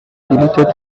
deleted